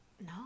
No